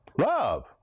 Love